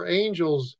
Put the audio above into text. angels